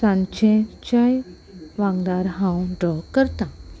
सांचेच्याय वांगडार हांव ड्रॉ करतां